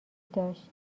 داشت